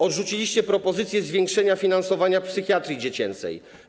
Odrzuciliście propozycję zwiększenia finansowania psychiatrii dziecięcej.